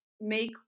make